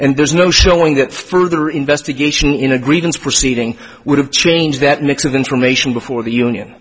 and there's no showing that further investigation in a grievance proceeding would have changed that mix of information before the union